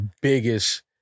biggest